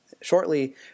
shortly